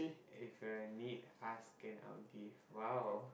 if you're in need ask and I'll give !wow!